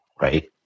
right